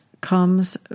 comes